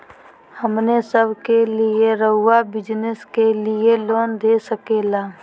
हमने सब के लिए रहुआ बिजनेस के लिए लोन दे सके ला?